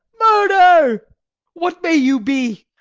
murder what may you be?